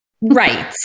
right